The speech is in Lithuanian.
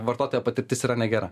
vartotojo patirtis yra negera